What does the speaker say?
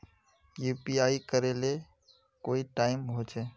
UPI करे ले कोई टाइम होचे?